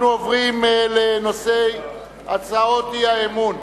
אנחנו עוברים לנושא הצבעות האי-אמון.